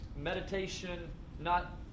meditation—not